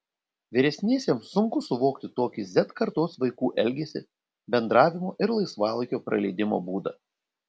vyresniesiems sunku suvokti tokį z kartos vaikų elgesį bendravimo ir laisvalaikio praleidimo būdą